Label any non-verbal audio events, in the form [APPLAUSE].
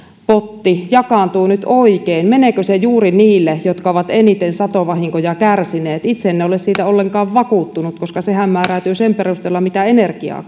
potti jakaantuu nyt oikein meneekö se juuri niille jotka ovat eniten satovahinkoja kärsineet itse en ole siitä ollenkaan vakuuttunut koska sehän määräytyy sen perusteella mitä energiaa [UNINTELLIGIBLE]